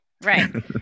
right